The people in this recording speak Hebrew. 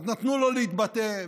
אז נתנו לו להתבטא,